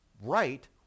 right